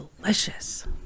delicious